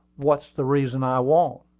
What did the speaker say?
what's the reason i won't?